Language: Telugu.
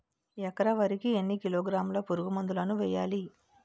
ఎకర వరి కి ఎన్ని కిలోగ్రాముల పురుగు మందులను వేయాలి?